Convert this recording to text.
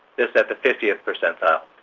this at the fiftieth percentile.